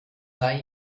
sei